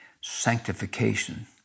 sanctification